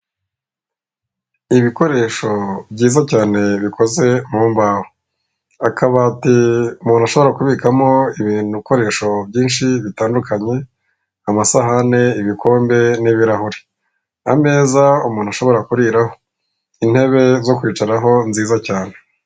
Ibikoresho byiza cyane bikoze mu mbaho akabati umuntu ashobora kubikamo ibintu ukoresho byinshi bitandukanye amasahani ,ibikombe n'ibirahure ameza umuntu ashobora kuriraho n'intebe zo kwicaraho nziza cyane .